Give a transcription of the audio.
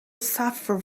suffer